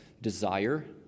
desire